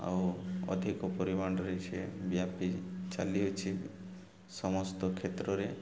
ଆଉ ଅଧିକ ପରିମାଣରେ ସିଏ ବ୍ୟାପିଛି ଚାଲିଅଛି ସମସ୍ତ କ୍ଷେତ୍ରରେ